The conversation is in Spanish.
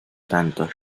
tanto